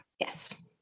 yes